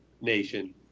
nation